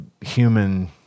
human